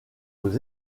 aux